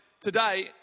today